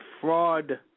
Fraud